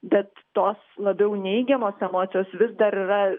bet tos labiau neigiamos emocijos vis dar yra